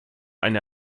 eine